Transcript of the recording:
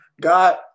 God